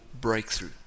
breakthrough